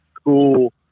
school